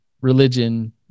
religion